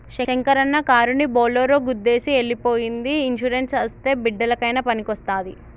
శంకరన్న కారుని బోలోరో గుద్దేసి ఎల్లి పోయ్యింది ఇన్సూరెన్స్ అస్తే బిడ్డలకయినా పనికొస్తాది